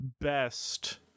best